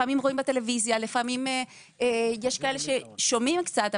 לפעמים אפשר לראות בטלוויזיה; יש כאלה ששומעים קצת,